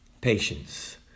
patience